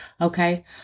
okay